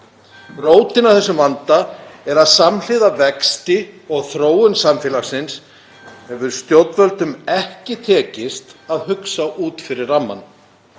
Rótin að þessum vanda er að samhliða vexti og þróun samfélagsins hefur stjórnvöldum ekki tekist að hugsa út fyrir rammann